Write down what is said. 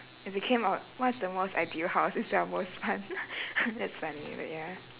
if became oh what's the most ideal house instead of most fun that's funny but ya